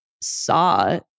saw